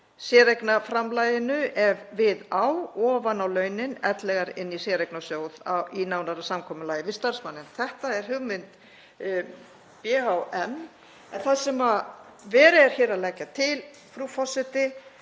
séreignarframlaginu ef við á, ofan á launin ellegar inn í séreignarsjóð, í nánara samkomulagi við starfsmann.“ Þetta er hugmynd BHM en það sem verið er að leggja til, frú forseti,